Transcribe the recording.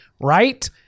right